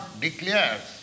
declares